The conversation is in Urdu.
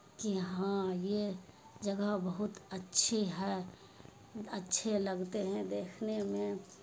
کہ ہاں یہ جگہ بہت اچھی ہے اچھے لگتے ہیں دیکھنے میں